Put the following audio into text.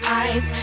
eyes